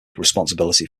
responsibility